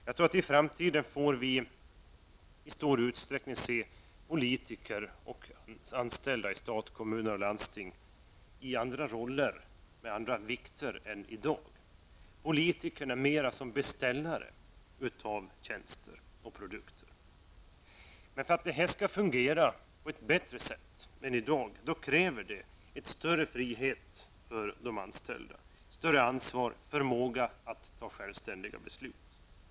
Jag tror att vi i framtiden i stor utsträckning får se politiker och anställda i stat, kommuner och landsting i andra roller och med andra vikter än i dag -- politikerna mera som beställare av tjänster och produkter. Men för att detta skall fungera på ett bättre sätt än i dag, krävs det en större frihet för de anställda, ett större ansvar och förmåga att fatta självständiga beslut.